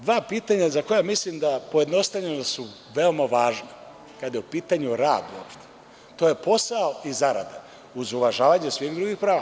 Dva pitanja za koja mislim pojednostavljeno da su veoma važna kada je u pitanju rad uopšte, to je posao i zarada, uz uvažavanje svih drugih prava.